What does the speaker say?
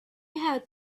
had